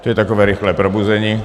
To je takové rychlé probuzení.